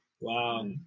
wow